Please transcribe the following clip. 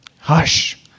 Hush